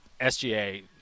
SGA